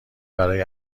برای